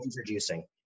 introducing